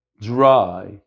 dry